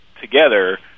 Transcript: together